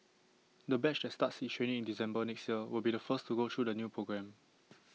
the batch that starts its training in December next year will be the first to go through the new programme